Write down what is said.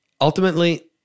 ultimately